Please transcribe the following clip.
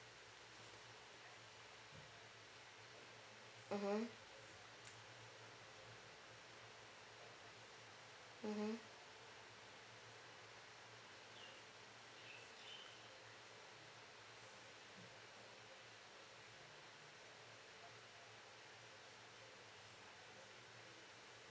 mmhmm mmhmm